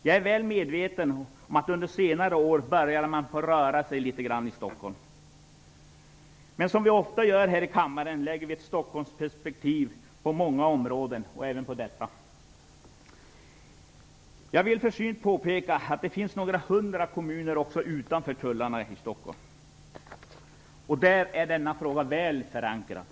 Jag är väl medveten om att det på senare år börjat röra på sig litet grand i Stockholm, men såsom ofta sker här i kammaren, även på andra områden, lägger vi här an ett Stockholmsperspektiv. Jag vill försynt påpeka att det finns några hundra kommuner också utanför tullarna i Stockholm. Där är denna fråga väl förankrad.